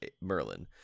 merlin